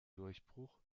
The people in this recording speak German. durchbruch